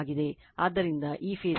ಆದ್ದರಿಂದ ಈ ಫೇಸ್ ಗೆ IAB VabZ ∆